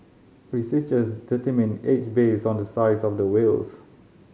researchers determine age based on the size of the whales